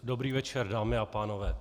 Dobrý večer, dámy a pánové.